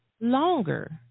longer